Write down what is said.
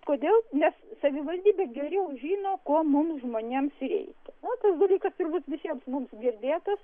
kodėl nes savivaldybė geriau žino ko mums žmonėms reik na tas dalykas ir visiems mums girdėtas